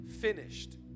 finished